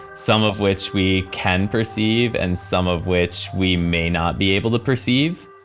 some of which we can perceive and some of which we may not be able to perceive,